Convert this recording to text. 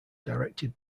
directed